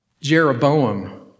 Jeroboam